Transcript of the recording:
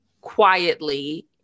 quietly